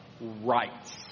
rights